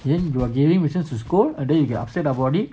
then you are giving missions to scold and then you get upset about it